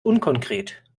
unkonkret